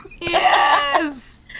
Yes